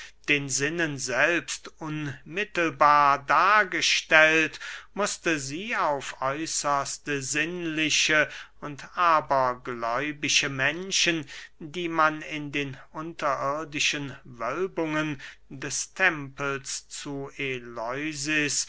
den sinnen selbst unmittelbar dargestellt mußte sie auf äußerst sinnliche und abergläubische menschen die man in den unterirdischen wölbungen des tempels zu